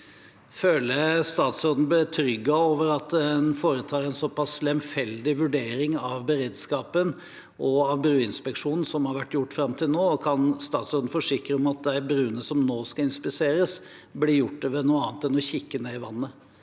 Føler statsråden seg betrygget over at en foretar en såpass lemfeldig vurdering av beredskapen og bruinspeksjonen som det har vært gjort fram til nå, og kan statsråden forsikre oss om at de bruene som nå skal inspiseres, blir inspisert ved noe annet enn å kikke ned i vannet?